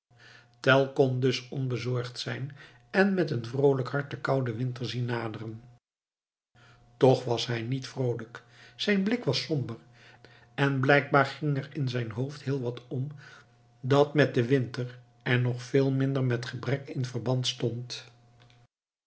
kon dus onbezorgd zijn en met een vroolijk hart den kouden winter zien naderen toch was hij niet vroolijk zijn blik was somber en blijkbaar ging er in zijn hoofd heel wat om dat met den winter en nog veel minder met gebrek in verband stond